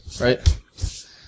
right